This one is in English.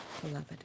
beloved